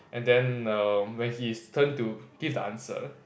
and then err when his turn to give the answer